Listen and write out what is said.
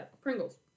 Pringles